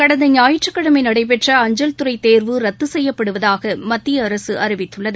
கடந்த ஞாயிற்றுக்கிழமை நடைபெற்ற அஞ்சல்துறை தேர்வு ரத்து செய்யப்படுவதாக மத்திய அரசு அறிவித்துள்ளது